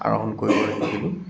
আহৰণ কৰিবলৈ শিকিলোঁ